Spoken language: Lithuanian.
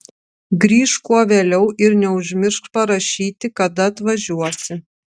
grįžk kuo vėliau ir neužmiršk parašyti kada atvažiuosi